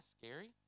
scary